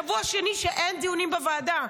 שבוע שני שאין דיונים בוועדה.